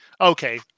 okay